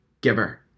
giver